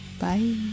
Bye